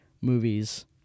movies